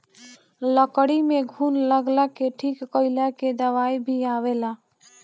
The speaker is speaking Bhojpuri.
लकड़ी में घुन लगला के ठीक कइला के दवाई भी आवेला